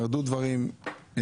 ירדו דברים,